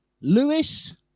Lewis